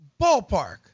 ballpark